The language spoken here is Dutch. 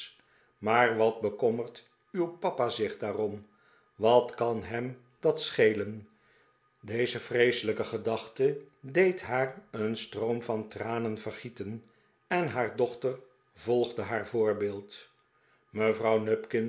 maar wat bekommert uw papa zich daaroml wat kan hem dat schelen deze vreeselijke gedaehte deed haar een stroom van tranen vergieten en haar dochter volgde haar voorbeeld mevrouw